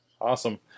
Awesome